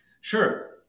Sure